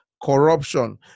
Corruption